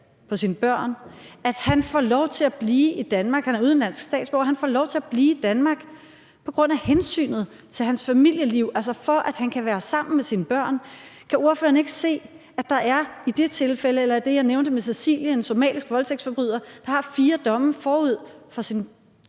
på sine børn, får lov til at blive i Danmark? Han er udenlandsk statsborger, men han får lov til at blive i Danmark på grund af hensynet til hans familieliv, altså for at han kan være sammen med sine børn. Kan ordføreren ikke se, at der i det tilfælde eller i det tilfælde, jeg nævnte med Cecilie og en somalisk voldtægtsforbryder, der har fire domme forud for sin